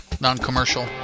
non-commercial